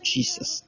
Jesus